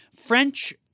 French